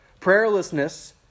prayerlessness